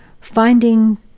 finding